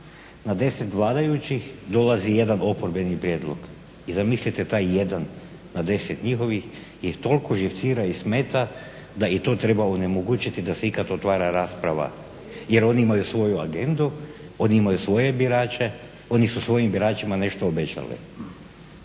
Na 10 vladajućih dolazi 1 oporbeni prijedlog i zamislite taj 1 na 10 njihovih, i toliko živcira i smeta da i to treba onemogućiti, da se ikad otvara rasprava, jer oni imaju svoju agendu, oni imaju svoje birače, oni su svojim biračima nešto obećali.